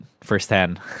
firsthand